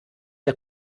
der